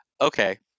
Okay